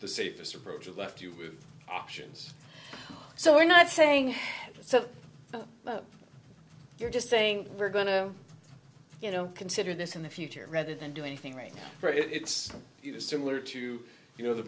the safest approach is left you with options so we're not saying so but you're just saying we're going to you know consider this in the future rather than do anything right but it's similar to you know the